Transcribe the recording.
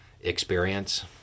experience